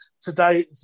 today